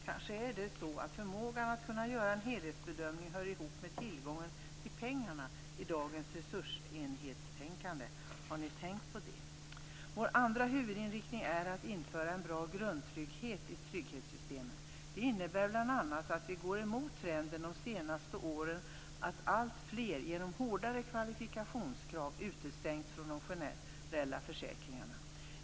Kanske är det så att förmågan att göra en helhetsbedömning hör ihop med tillgången till pengarna i dagens "resursenhetstänkande"? Har ni tänkt på det? Vår andra huvudinriktning är att införa en bra grundtrygghet i trygghetssystemen. Det innebär bl.a. att vi går emot trenden de senaste åren att alltfler - genom hårdare kvalifikationskrav - utestängts från de generella försäkringarna.